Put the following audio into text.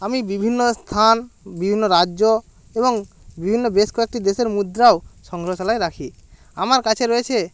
আমি বিভিন্ন স্থান বিভিন্ন রাজ্য এবং বিভিন্ন বেশ কয়েকটি দেশের মুদ্রাও সংগ্রহশালায় রাখি আমার কাছে রয়েছে